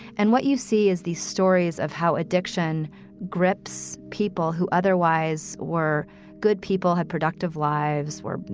and what you see is these stories of how addiction grips people who otherwise were good people, had productive lives, were,